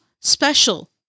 special